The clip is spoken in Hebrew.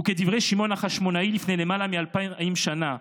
וכדברי שמעון החשמונאי לפני למעלה מאלפיים שנה,